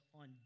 on